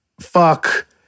fuck